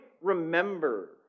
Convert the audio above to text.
remember